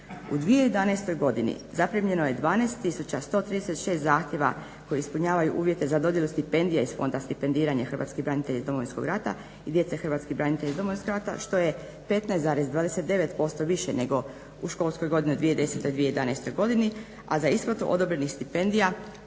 U 2011.godini zaprimljeno je 12 tisuća 136 zahtjeva koji ispunjavaju uvjete za dodjelu stipendije iz Fonda stipendiranja hrvatskih branitelja iz Domovinskog rata i djece hrvatskih branitelja iz Domovinskog rata što je 15,29% više nego u školskoj godini 2010.-2011. godini, a za isplatu odobrenih stipendija